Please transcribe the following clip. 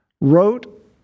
wrote